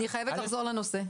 אני חייבת לחזור לנושא.